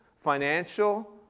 financial